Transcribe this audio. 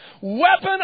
weapon